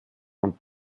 und